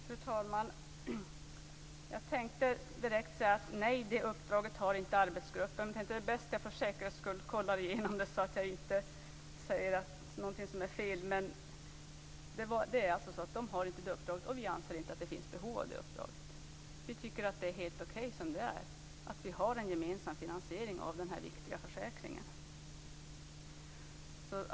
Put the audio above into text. Fru talman! Jag tänkte direkt säga: Nej, det uppdraget har inte arbetsgruppen men sedan tänkte jag att det är bäst att för säkerhets skull kontrollera så att jag inte säger något som är fel. Men det är faktiskt så att man inte har det uppdraget, och vi anser inte att det finns något behov av det uppdraget. Vi tycker att det är helt okej som det är, nämligen att vi har en gemensam finansiering av den här viktiga försäkringen.